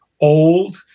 old